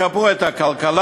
ישפרו את הכלכלה,